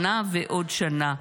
שנה ועוד שנה.